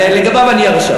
לגביו אני הרשע.